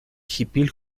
hipil